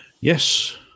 Yes